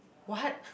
what